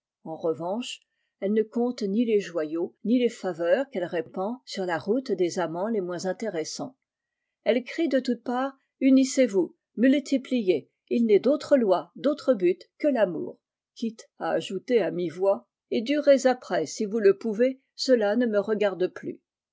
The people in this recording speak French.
en revanche elle ne compte ni les joyaux ni les faveurs qu'elle répand sur la route des amants les moins intéressants elle crie de toutes parts unissez vous multipliez il n'est i trè loi d'autre but que l'amour quitte i uter à mi-voix et durez après si vous i uvez cela ne me regarde plus